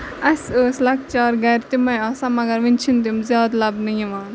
اَسہِ ٲسۍ لۄکچارٕ گرِ تِمے آسان مَگر ؤنۍ چھِنہٕ تِم زیادٕ لَبنہٕ یِوان